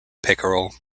pickerel